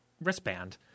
wristband